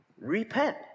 repent